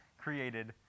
created